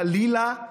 חלילה,